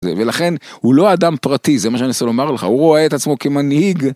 ולכן הוא לא אדם פרטי זה מה שאני רוצה לומר לך הוא רואה את עצמו כמנהיג.